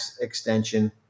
extension